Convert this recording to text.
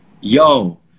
Yo